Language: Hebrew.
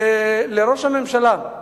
לראש הממשלה,